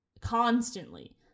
constantly